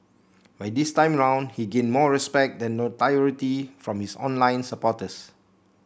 but this time round he gained more respect than notoriety from his online supporters